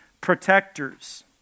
protectors